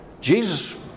Jesus